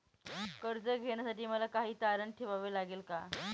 कर्ज घेण्यासाठी मला काही तारण ठेवावे लागेल का?